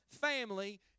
family